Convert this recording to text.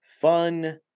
fun